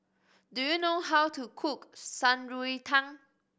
do you know how to cook Shan Rui Tang